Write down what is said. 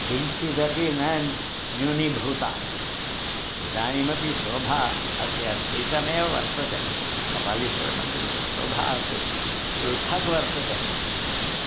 किञ्चिदपि न न्यूनीभूता इदानीमपि शोभा अत्यधिकमेव वर्तते कपालीश्वरमन्दिरस्य शोभा तु पृथग् वर्तते